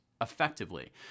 effectively